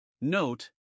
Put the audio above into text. Note